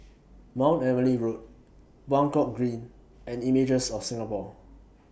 Mount Emily Road Buangkok Green and Images of Singapore